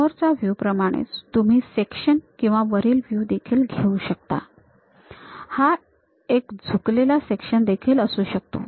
समोरच्या व्ह्यू प्रमाणेच तुम्हा सेक्शन किंवा वरील व्ह्यू देखील घेऊ शकता हा एक झुकलेला सेक्शन देखील असू शकतो